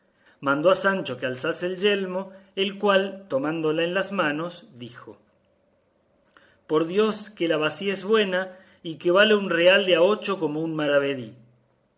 mandó a sancho que alzase el yelmo el cual tomándola en las manos dijo por dios que la bacía es buena y que vale un real de a ocho como un